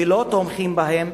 ולא תומכים בהם,